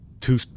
Two